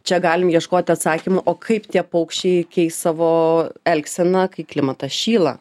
čia galim ieškoti atsakymų o kaip tie paukščiai keis savo elgseną kai klimatas šyla